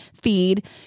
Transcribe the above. feed